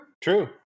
true